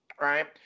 right